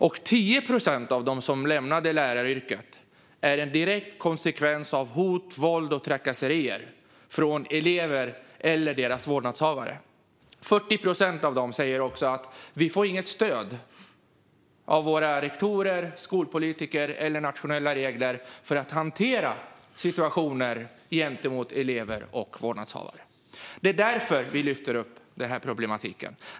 För 10 procent av dem som lämnat läraryrket är det en direkt konsekvens av hot, våld och trakasserier från elever eller deras vårdnadshavare. 40 procent av dem säger också att de inte fått något stöd av rektorer, skolpolitiker eller nationella regler för att hantera situationer gentemot elever och vårdnadshavare. Det är därför vi lyfter fram den här problematiken.